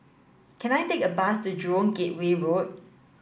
can I take a bus to Jurong Gateway Road